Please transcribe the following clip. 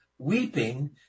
weeping